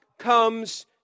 comes